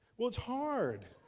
well, it's hard.